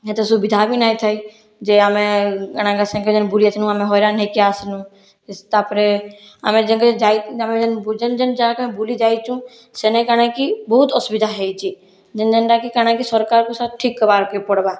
ଏତେ ସୁବିଧା ବି ନାଇଁ ଥାଏ ଯେ ଆମ ଏଣେଗେ ସେଙ୍ଗା ଯାଇ ବୁଲି ଯାଇଥିନୁ ଆମେ ହଇରାଣ ହୋଇକି ଆସିନୁ ତାପରେ ଆମେ ଯେଙ୍କେ ଯାଇ ଆମେ ଯେନ ଯେନ ଜାଗାକେ ବୁଲି ଯାଇଛୁ ସେନେ କାଣାକି ବହୁତ ଅସୁବିଧା ହୋଇଛି ଯେନ ଯେନ୍ଟା କି କାଣାକି ସରକାରକୁ ଠିକ୍ କବାରକେ ପଡ଼ବା